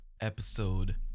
Episode